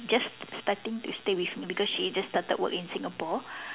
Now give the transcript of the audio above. just starting to stay with me because she just started work in Singapore